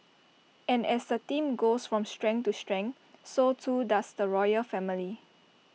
and as the team goes from strength to strength so too does the royal family